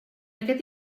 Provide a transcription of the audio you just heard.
aquest